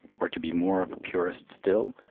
or, to be more of a purist still,